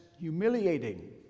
humiliating